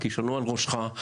הכישלון הוא על ראשך,